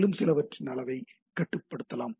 மேலும் சிலவற்றின் அளவைக் கட்டுப்படுத்தலாம்